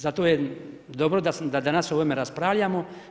Zato je dobro da danas o ovome raspravljamo.